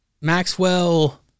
Maxwell